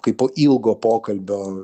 kai po ilgo pokalbio